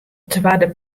twadde